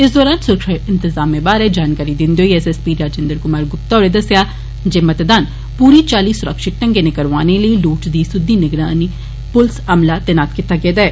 इस दौरान सुरक्षा इंतज़ामें बारै जानकारी दिन्दे होई S S P Rajinder Kumar Gupta होरे दस्सेआ जे मतदान पूरी चाल्ली सूरक्षित ढंगै नै करोआने लेई लोड़चदी सुद्दी गिनतरी च पुलस अमला तैनात कीता गेआ ऐ